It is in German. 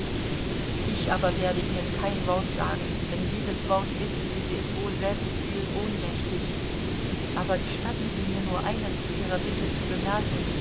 ich aber werde ihnen kein wort sagen denn jedes wort ist wie sie es wohl selbst fühlen ohnmächtig aber gestatten sie mir nur eines zu ihrer bitte zu bemerken